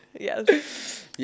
Yes